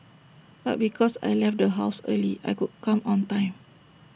but because I left the house early I could come on time